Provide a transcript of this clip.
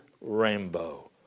rainbow